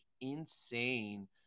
insane